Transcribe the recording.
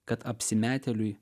kad apsimetėliui